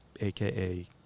AKA